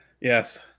Yes